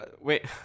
Wait